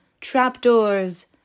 trapdoors